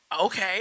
okay